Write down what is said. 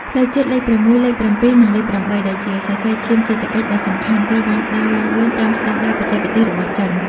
ផ្លូវជាតិលេខ ៦, លេខ ៧, និង លេខ ៨ ដែលជាសរសៃឈាមសេដ្ឋកិច្ចដ៏សំខាន់ ត្រូវបានស្ដារឡើងវិញតាមស្ដង់ដារបច្ចេកទេសរបស់ចិន។